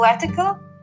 political